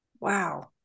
Wow